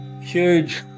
huge